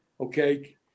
okay